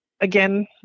again